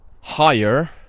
higher